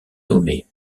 nommé